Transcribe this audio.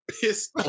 piss